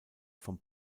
vom